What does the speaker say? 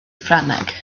ffrangeg